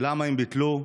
ולמה הם ביטלו?